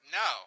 no